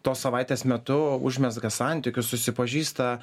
tos savaitės metu užmezga santykius susipažįsta